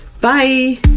bye